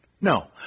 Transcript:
No